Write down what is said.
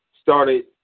started